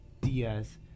Diaz